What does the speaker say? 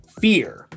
Fear